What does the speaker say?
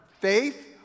Faith